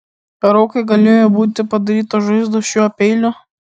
ar aukai galėjo būti padarytos žaizdos šiuo peiliu